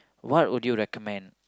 what would you recommend